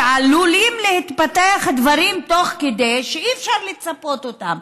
שעלולים להתפתח דברים תוך כדי שאי-אפשר לצפות אותם.